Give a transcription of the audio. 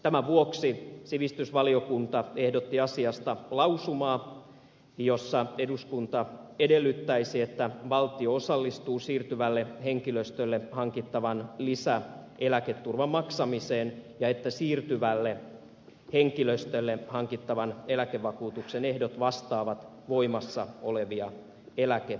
tämän vuoksi sivistysvaliokunta ehdotti asiasta lausumaa jossa eduskunta edellyttäisi että valtio osallistuu siirtyvälle henkilöstölle hankittavan lisäeläketurvan maksamiseen ja että siirtyvälle henkilöstölle hankittavan eläkevakuutuksen ehdot vastaavat voimassa olevia eläke etuuksia